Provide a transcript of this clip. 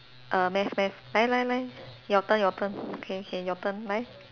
err math math 来来来 your turn your turn K K your turn 来